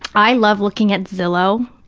i love looking at zillow,